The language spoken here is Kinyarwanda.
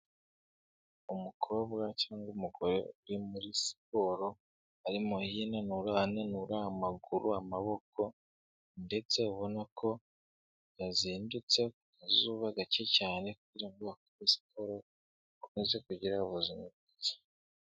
Umukobwa cyangwa umugore uri muri siporo, arimo yinanura, ananura amaguru, amaboko ndetse ubona ko yazindutse ku kazuba gake cyane, kugira ngo akore siporo, akomeze kugira ubuzima bwiza.